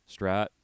strat